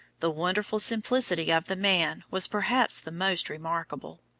the wonderful simplicity of the man was perhaps the most remarkable.